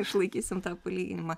išlaikysim tą palyginimą